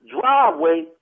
driveway